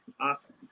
awesome